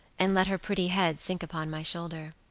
and let her pretty head sink upon my shoulder.